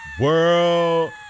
World